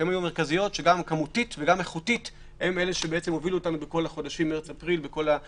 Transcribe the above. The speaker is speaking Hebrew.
שגם כמותית וגם איכותית בהן עסקנו בחודשים מרץ-אפריל כל הזמן